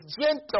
gentle